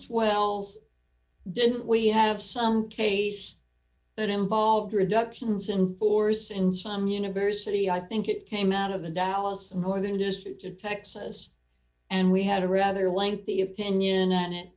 since wells didn't we have some case that involved reduction in sin force and some university i think it came out of the dallas more than district of texas and we had a rather lengthy opinion and it